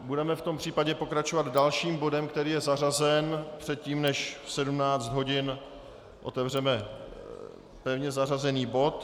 Budeme v tom případě pokračovat dalším bodem, který je zařazen předtím, než v 17 hodin otevřeme pevně zařazený bod.